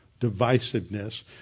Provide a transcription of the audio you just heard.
divisiveness